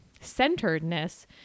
centeredness